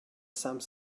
some